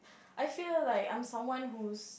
I feel like I'm someone who's